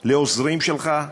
לעוזרים שלך?